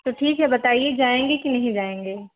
तो ठीक है बताइए जाएंगे कि नहीं जाएंगे